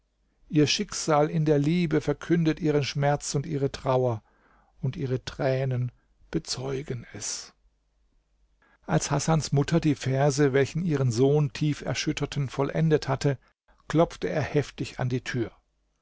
ihr schicksal in der liebe verkündet ihren schmerz und ihre trauer und ihre tränen bezeugen es als hasans mutter die verse welche ihren sohn tief erschütterten vollendet hatte klopfte er heftig an die tür